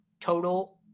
total